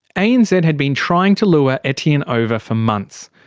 anz and had been trying to lure etienne over for months.